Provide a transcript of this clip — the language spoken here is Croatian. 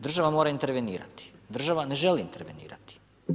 Država mora intervenirati, država ne želi intervenirati.